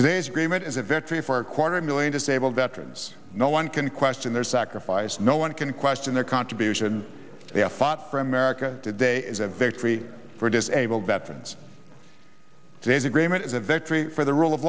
today's agreement as a veteran for a quarter million disabled veterans no one can question their sacrifice no one can question their contribution they have fought for america today is a victory for disabled veterans today's agreement is a victory for the rule of